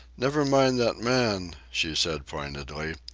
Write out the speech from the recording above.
never mind that man, she said pointedly.